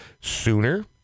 sooner